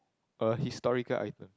a historical item